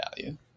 value